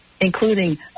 including